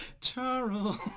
Charles